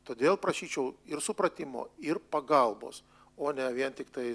todėl prašyčiau ir supratimo ir pagalbos o ne vien tiktai